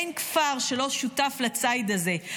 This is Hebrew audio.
אין כפר שלא שותף לציד הזה.